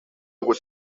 was